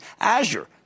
Azure